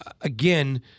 Again